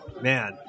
Man